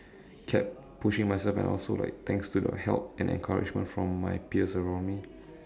kept pushing myself and also like thanks to the help and encouragement from my peers around me